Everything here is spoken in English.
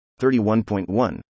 31.1